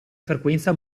frequenza